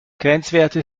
grenzwerte